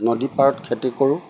নদী পাৰত খেতি কৰোঁ